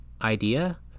idea